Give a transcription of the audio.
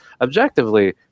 Objectively